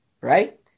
right